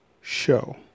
Show